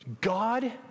God